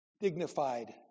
dignified